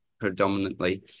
predominantly